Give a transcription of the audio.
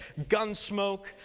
Gunsmoke